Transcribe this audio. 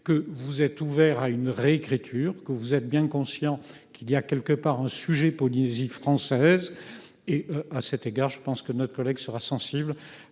que vous êtes ouvert à une réécriture que vous êtes bien conscient qu'il y a quelque part un sujet Polynésie française. Et à cet égard, je pense que notre collègue sera sensible.